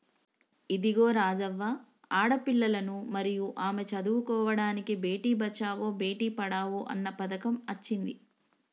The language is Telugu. ఇదిగో రాజవ్వ ఆడపిల్లలను మరియు ఆమె చదువుకోడానికి బేటి బచావో బేటి పడావో అన్న పథకం అచ్చింది